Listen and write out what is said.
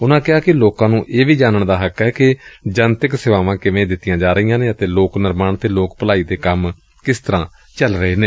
ਉਨਾਂ ਕਿਹਾ ਕਿ ਲੋਕਾਂ ਨੂੰ ਇਹ ਵੀ ਜਾਣਨ ਦਾ ਹੱਕ ਏ ਕਿ ਜਨਤਕ ਸੇਵਾਵਾਂ ਕਿਵੇਂ ਦਿੱਤੀਆਂ ਜਾ ਰਹੀਆਂ ਨੇ ਅਤੇ ਲੋ ਨਿਰਮਾਣ ਤੇ ਲੋਕ ਭਲਾਈ ਦੇ ਕੰਮ ਕਿਸ ਤਰਾਂ ਚਲ ਰਹੇ ਨੇ